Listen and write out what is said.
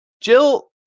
Jill